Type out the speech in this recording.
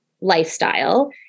lifestyle